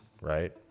right